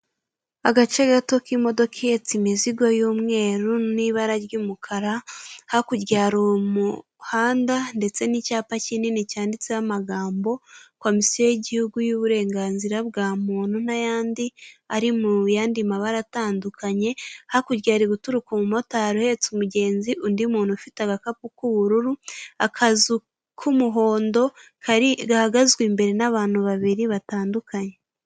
Agace gato k'imodoka ihetse imizigo y'umweru n'ibara ry'umukara, hakurya hari umuhanda ndetse n'icyapa kinini cyanditseho amagambo "komosiyo y'igihugu y'uburenganzira bwa muntu" n'ayandi ari muyandi mabara atandukanye, hakurya hari guturuka umumotari uhetse umugenzi, undi muntu ufite agakapu k'ubururu, akazu k'umuhondo kari gahagazwe imbere n'abantu babiri batandukanye.